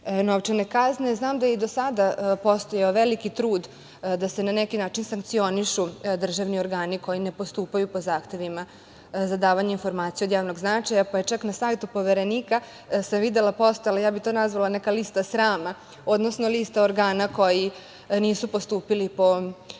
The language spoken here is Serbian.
novčane kazne. Znam da je i do sada postojao veliki trud da se na neki način sankcionišu državni organi koji ne postupaju po zahtevima za davanje informacija od javnog značaja, pa je čak na sajtu Poverenika postojala, ja bih to nazvala neka lista sramna, odnosno lista organa koji nisu postupili po zahtevima.